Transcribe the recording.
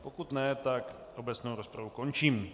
Pokud ne, tak obecnou rozpravu končím.